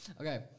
okay